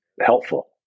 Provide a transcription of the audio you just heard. helpful